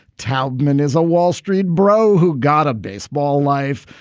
talman is a wall street bro who got a baseball life.